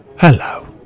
Hello